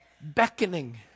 Beckoning